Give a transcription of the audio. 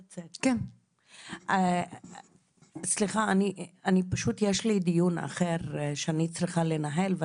סליחה, אני פשוט יש לי דיון אחר שאני צריכה לנהל.